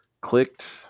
clicked